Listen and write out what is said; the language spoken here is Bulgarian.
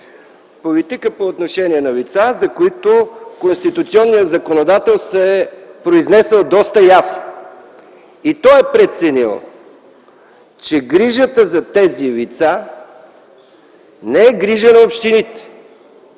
политика по отношение на лица, за които конституционният законодател се е произнесъл доста ясно и е преценил, че грижата за тези лица не е грижа на общините.